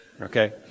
okay